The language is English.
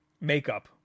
Makeup